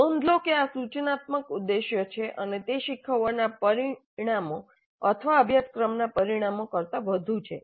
નોંધ લો કે આ સૂચનાત્મક ઉદ્દેશ્યો છે અને તે શીખવાના પરિણામો અથવા અભ્યાસક્રમના પરિણામો કરતાં વધુ છે